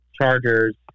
Chargers